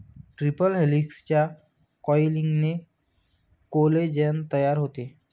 triple हेलिक्सच्या कॉइलिंगने collagen तयार होते